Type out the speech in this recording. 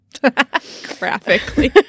Graphically